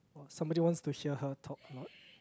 somebody wants to hear her talk a lot